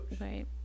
Right